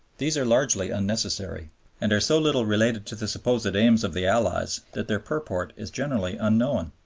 these are largely unnecessary and are so little related to the supposed aims of the allies that their purport is generally unknown.